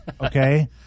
Okay